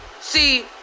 See